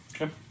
Okay